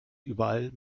überall